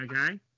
Okay